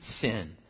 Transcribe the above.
sin